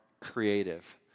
creative